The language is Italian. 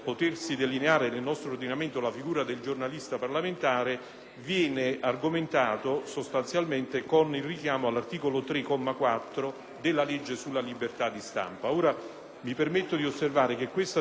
viene argomentato con il richiamo all'articolo 3, comma 4, della legge sulla libertà di stampa. Mi permetto di osservare che questa disposizione riguarda specificamente la funzione di responsabilità